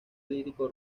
lírico